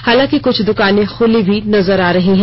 हालांकि कुछ दुकानें खुली भी नजर आ रही है